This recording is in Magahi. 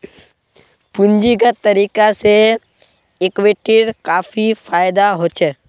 पूंजीगत तरीका से इक्विटीर काफी फायेदा होछे